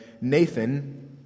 Nathan